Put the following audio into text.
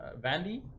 Vandy